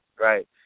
Right